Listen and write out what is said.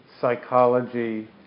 psychology